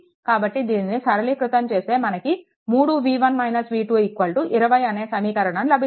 కాబట్టి దీనిని సరణీకృతం చేస్తే మనకు 3V1 - V2 20 అనే సమీకరణం లభిస్తుంది